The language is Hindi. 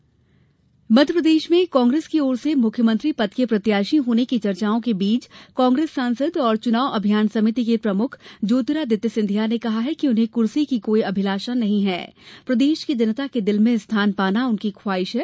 सिंधिया मध्यप्रदेश में कांग्रेस की ओर से मुख्यमंत्री पद के प्रत्याशी होने की चर्चाओं के बीच कांग्रेस सांसद और चुनाव अभियान समिति के प्रमुख ज्योतिरादित्य सिंधिया ने कहा है कि उन्हें क्र्सी की कोई अभिलाषा नहीं है प्रदेश की जनता के दिल में स्थान पाना उनकी ख्वाहिश है